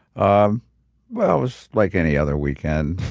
um well, it was like any other weekend.